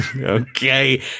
Okay